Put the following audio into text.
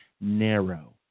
narrow